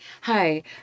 hi